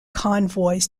convoys